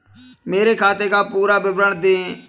मेरे खाते का पुरा विवरण दे?